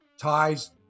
ties